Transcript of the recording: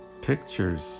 Pictures